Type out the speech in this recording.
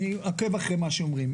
אני עוקב אחרי מה שאומרים.